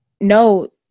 No